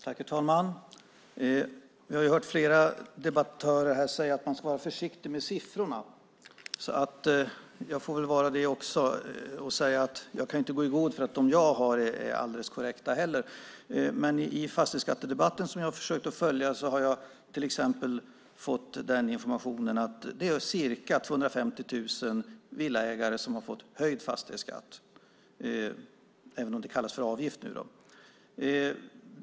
Herr talman! Vi har hört flera debattörer här säga att man ska vara försiktig med siffror, så också jag får väl vara det. Därför säger jag att jag inte kan gå i god för att mina siffror är alldeles korrekta. I fastighetsskattedebatten, som jag har försökt att följa, har jag till exempel fått informationen att det är ca 250 000 villaägare som har fått höjd fastighetsskatt - nu kallad avgift.